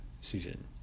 susan